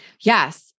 Yes